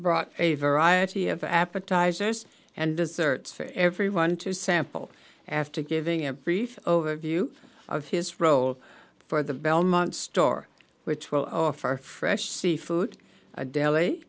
brought a variety of appetizers and desserts for everyone to sample after giving a brief overview of his role for the belmont store which will offer fresh seafood deli